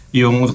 yung